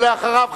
ואחריו,